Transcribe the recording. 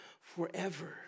forever